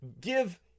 give